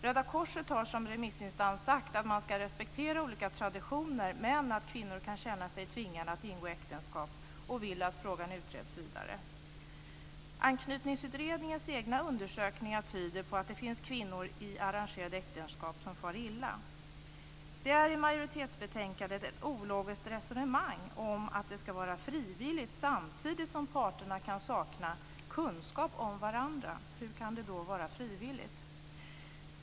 Röda korset har som remissinstans sagt att man ska respektera olika traditioner men att kvinnor kan känna sig tvingade att ingå äktenskap. De vill att frågan utreds vidare. Anknytningsutredningens egna undersökningar tyder på att de finns kvinnor i arrangerade äktenskap som far illa. Det är ett ologiskt resonemang från majoriteten i betänkandet om att det ska vara frivilligt samtidigt som parterna kan sakna kunskap om varandra. Hur kan det då vara frivilligt?